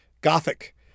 Gothic